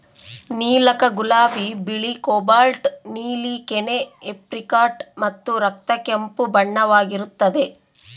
ನೀಲಕ ಗುಲಾಬಿ ಬಿಳಿ ಕೋಬಾಲ್ಟ್ ನೀಲಿ ಕೆನೆ ಏಪ್ರಿಕಾಟ್ ಮತ್ತು ರಕ್ತ ಕೆಂಪು ಬಣ್ಣವಾಗಿರುತ್ತದೆ